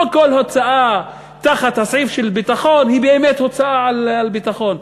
לא כל הוצאה תחת הסעיף של ביטחון היא באמת הוצאה על ביטחון.